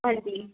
ਹਾਂਜੀ